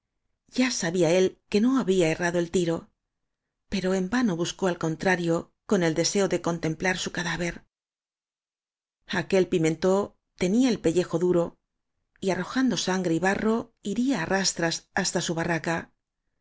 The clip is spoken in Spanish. ya sabía él que no había erra do el tiro pero en vano buscó al contrario con el deseo de contemplar su cadáver aquel pimentb tenía el pellejo duro y arro jando sangre y barro iría á rastras hasta su barraca